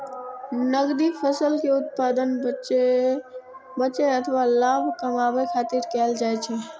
नकदी फसल के उत्पादन बेचै अथवा लाभ कमबै खातिर कैल जाइ छै